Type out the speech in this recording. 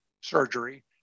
surgery